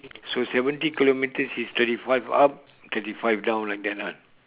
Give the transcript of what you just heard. so seventy kilometres is twenty five up thirty five down like that ah